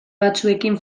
batzuekin